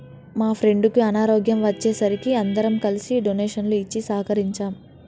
మా ఫ్రెండుకి అనారోగ్యం వచ్చే సరికి అందరం కలిసి డొనేషన్లు ఇచ్చి సహకరించాం